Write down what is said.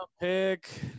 pick